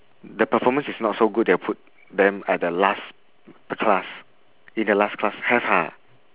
the performance is not so good they will put them at the last class in the last class have ha